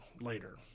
later